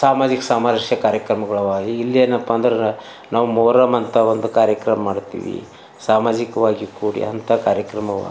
ಸಾಮಾಜಿಕ ಸಾಮರಸ್ಯ ಕಾರ್ಯಕ್ರಮಗಳು ಅವಾ ಇಲ್ಲಿ ಏನಪ್ಪಾ ಅಂದ್ರೆ ನಾವು ಮೊಹರಂ ಅಂತ ಒಂದು ಕಾರ್ಯಕ್ರಮ ಮಾಡ್ತೀವಿ ಸಾಮಾಜಿಕವಾಗಿ ಕೂಡಿ ಅಂಥಾ ಕಾರ್ಯಕ್ರಮವಾ